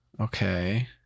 Okay